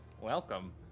welcome